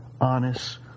honest